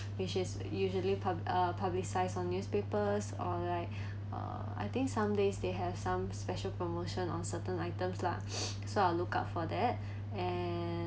which is usually pub~ uh publicised on newspapers or like uh I think some days they have some special promotion on certain items lah so I'll look out for that and